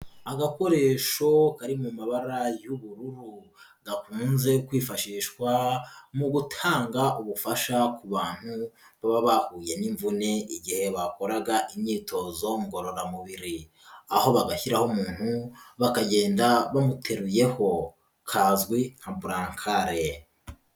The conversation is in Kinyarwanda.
Agakoresho kari mu mabara y'ubururu gakunze kwifashishwa mu gutanga ubufasha ku bantu baba bahuye n'imvune igihe bakoraga imyitozo ngororamubiri, aho bagashyiraho umuntu bakagenda bamuteruyeho, kazwi nka burankare.